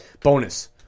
Bonus